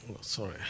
Sorry